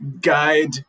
guide